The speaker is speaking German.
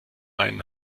ein